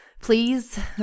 please